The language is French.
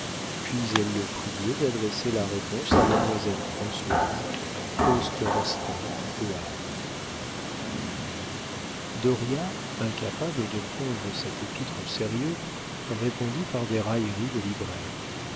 puis elle le priait d'adresser la réponse à mademoiselle françoise poste restante au havre dauriat incapable de prendre cette épître au sérieux répondit par des railleries de libraire